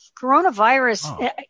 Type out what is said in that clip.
coronavirus